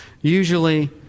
Usually